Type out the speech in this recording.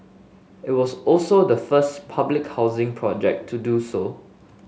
it was also the first public housing project to do so